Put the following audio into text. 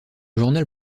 journal